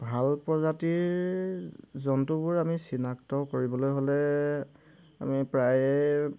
ভাল প্ৰজাতিৰ জন্তুবোৰ আমি চিনাক্ত কৰিবলৈ হ'লে আমি প্ৰায়ে